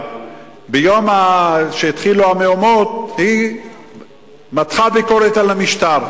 וביום שהתחילו המהומות היא מתחה ביקורת על המשטר.